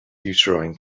uterine